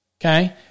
okay